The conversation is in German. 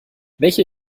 welche